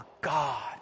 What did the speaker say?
God